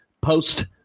post